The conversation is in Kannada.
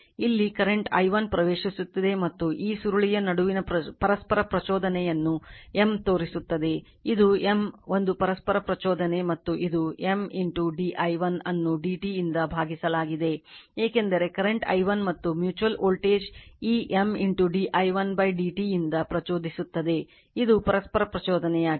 ಇಲ್ಲಿ ಕರೆಂಟ್ i1 ಪ್ರವೇಶಿಸುತ್ತಿದೆ ಮತ್ತು ಈ ಸುರುಳಿಯ ನಡುವಿನ ಪರಸ್ಪರ ಪ್ರಚೋದನೆಯನ್ನು M ತೋರಿಸುತ್ತದೆ ಇದು M ಒಂದು ಪರಸ್ಪರ ಪ್ರಚೋದನೆ ಮತ್ತು ಇದು M d i1 ಅನ್ನು dt ಯಿಂದ ಭಾಗಿಸಲಾಗಿದೆ ಏಕೆಂದರೆ ಕರೆಂಟ್ i1 ಮತ್ತು ಮ್ಯೂಚುವಲ್ ವೋಲ್ಟೇಜ್ ಈ M d i1 dt ಯಿಂದ ಪ್ರಚೋದಿಸುತ್ತದೆ ಇದು ಪರಸ್ಪರ ಪ್ರಚೋದನೆಯಾಗಿದೆ